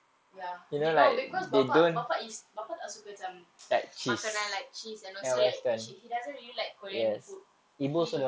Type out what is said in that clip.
ya they no because bapa bapa is bapa tak suka macam makanan like cheese and also like she he doesn't really like korean food he